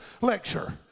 Lecture